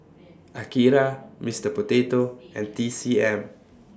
Akira Mister Potato and T C M